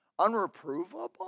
Unreprovable